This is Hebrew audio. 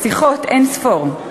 שיחות אין-ספור.